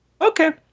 Okay